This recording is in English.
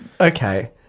Okay